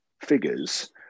figures